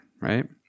right